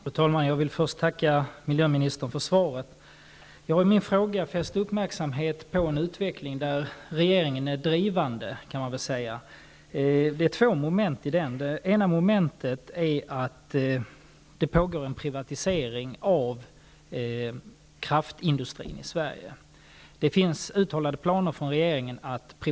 Fru talman! Jag vill först tacka miljöministern för svaret. Jag har i min fråga fäst uppmärksamhet på en utveckling där regeringen är drivande, kan man väl säga. Det är två moment i den utvecklingen. Det ena är att det pågår en privatisering av kraftindustrin i Sverige.